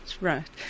Right